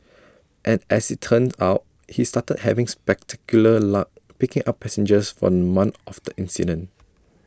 and as IT turned out he started having spectacular luck picking up passengers for month of the incident